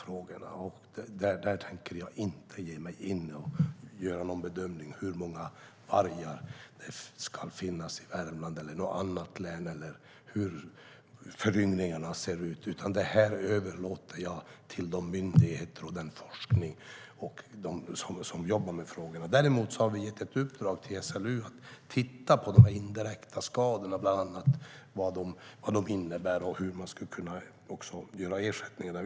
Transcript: Jag tänker inte göra någon bedömning av hur många vargar som ska finnas i Värmland eller i något annat län eller hur föryngringarna ser ut. Detta överlåter jag till de myndigheter, forskare och andra som jobbar med frågorna. Däremot har vi gett ett uppdrag till SLU att titta på de indirekta skadorna och vad de innebär och hur ersättningarna skulle kunna se ut.